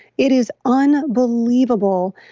it is unbelievable.